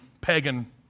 pagan